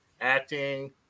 acting